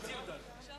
תוציא אותנו.